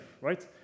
right